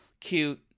cute